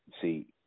See